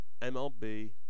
MLB